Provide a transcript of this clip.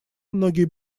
многие